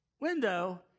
window